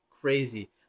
crazy